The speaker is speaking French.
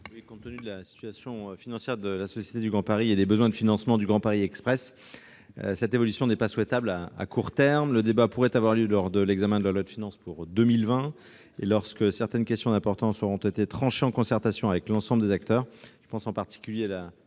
Compte tenu de la situation financière de la Société du Grand Paris et des besoins de financement du Grand Paris Express, une telle évolution n'est pas souhaitable à court terme. Le débat pourrait avoir lieu lors de l'examen du projet de loi de finances pour 2020, après que certaines questions d'importance auront été tranchées en concertation avec l'ensemble des acteurs. Je pense en particulier à la